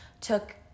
took